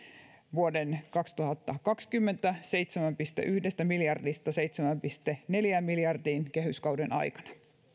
kaksituhattakaksikymmentä vuoden seitsemästä pilkku yhdestä miljardista seitsemään pilkku neljään miljardiin kehyskauden aikana